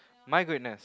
mine good enough